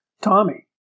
Tommy